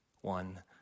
one